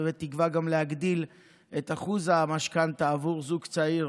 ובתקווה גם להגדיל את אחוז המשכנתה עבור זוג צעיר